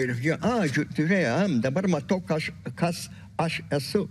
ir jo a turi am dabar matau ką aš kas aš esu